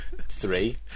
Three